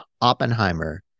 Oppenheimer